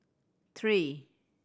three